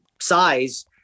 size